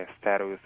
status